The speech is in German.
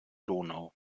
donau